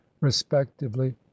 respectively